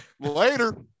Later